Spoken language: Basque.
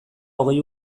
hogei